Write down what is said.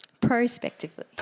prospectively